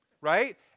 Right